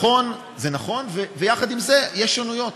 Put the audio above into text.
זה נכון, ויחד עם זה יש שונות.